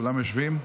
כולם יושבים?